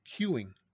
queuing